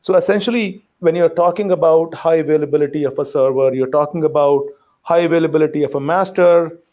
so essentially when you're talking about high availability of a server, you're talking about high availability of a master.